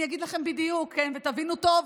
אני אגיד לכם בדיוק ותבינו טוב.